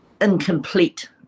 incomplete